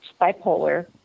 bipolar